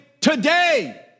today